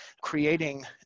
creating